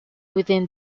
within